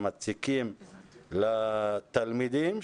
המציקים לתלמידים,